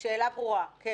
כן,